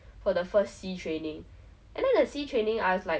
我要 like I want to rea~ like keep my face you know like